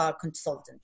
consultant